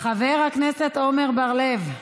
חבר הכנסת עמר בר-לב,